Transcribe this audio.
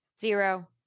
zero